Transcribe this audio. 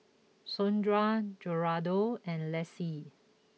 Sondra Geraldo and Lacey